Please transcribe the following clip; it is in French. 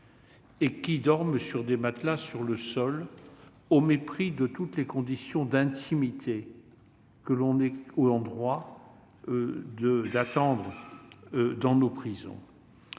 et dorment sur des matelas au sol, au mépris de toutes les conditions d'intimité que l'on est en droit d'attendre dans nos prisons.